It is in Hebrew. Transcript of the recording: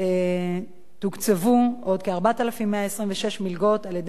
ותוקצבו עוד כ-4,126 מלגות על-ידי משרד החינוך,